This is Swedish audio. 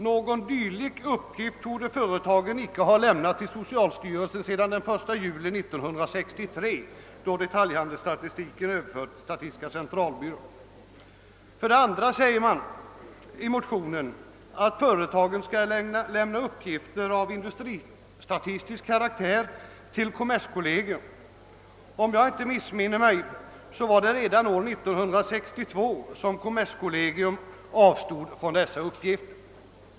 Någon dylik uppgift torde företagen icke ha lämnat till socialstyrelsen sedan den 1 juli 1963, när detaljhandelsstatistiken överfördes till stalistiska centralbyrån. För det andra påstår man i motionen att företagen skall lämna uppgifter av industristatistisk natur till kommerskollegium. Om jag inte missminner mig var det redan år 1962 som kommerskollegium upphörde med att infordra dessa uppgifter.